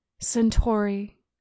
Centauri